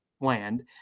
land